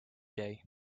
day